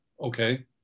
Okay